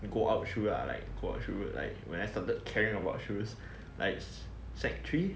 go out shoes lah like go out shoes when I started like caring about shoes like sec three